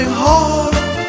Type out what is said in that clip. heart